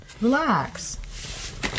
Relax